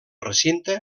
recinte